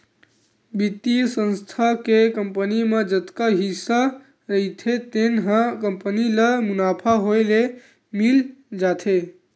बित्तीय संस्था के कंपनी म जतका हिस्सा रहिथे तेन ह कंपनी ल मुनाफा होए ले मिल जाथे